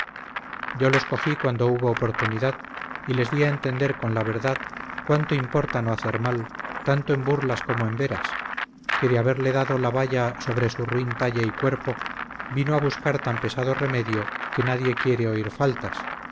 yo los cogí cuando hubo oportunidad y les dí a entender con la verdad cuánto importa no hacer mal tanto en burlas como en veras que de haberle dado la vaya sobre su ruin talle y cuerpo vino a buscar tan pesado remedio que nadie quiere oír faltas